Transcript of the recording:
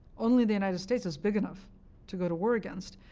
only the united states is big enough to go to war against,